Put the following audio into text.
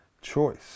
choice